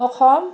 Assam